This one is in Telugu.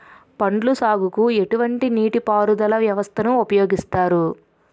పండ్ల సాగుకు ఎటువంటి నీటి పారుదల వ్యవస్థను ఉపయోగిస్తారు?